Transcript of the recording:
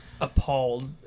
appalled